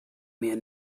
mir